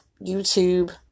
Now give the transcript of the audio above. YouTube